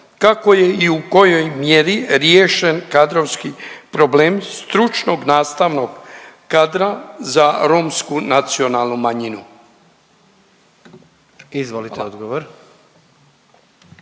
kako je i u kojoj mjeri riješen kadrovski problem stručnog nastavnog kadra za Romsku nacionalnu manjinu?